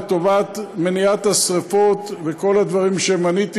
לטובת מניעת שרפות וכל הדברים שמניתי.